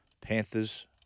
Panthers